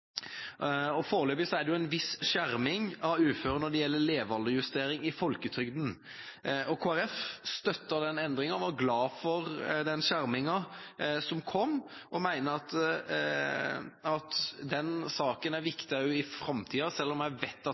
medregnet. Foreløpig er det en viss skjerming av uføre når det gjelder levealdersjustering i folketrygden. Kristelig Folkeparti støtter den endringa og er glad for den skjerminga som kom, og mener at den saken også blir viktig i framtida. Selv om jeg vet at